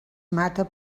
mata